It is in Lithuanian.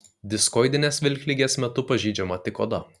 diskoidinės vilkligės metu pažeidžiama tik oda